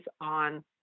on